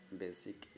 basic